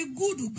good